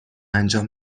انجام